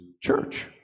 church